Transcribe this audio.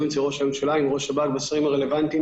אצל ראש הממשלה וראש השב"כ והשרים הרלוונטיים.